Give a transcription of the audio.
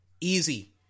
easy